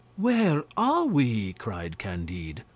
where are we? cried candide.